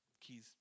Keys